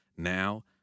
now